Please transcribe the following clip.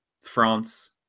France